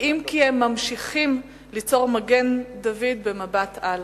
אם כי הם ממשיכים ליצור מגן-דוד במבט על.